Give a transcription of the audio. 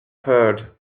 heard